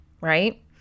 right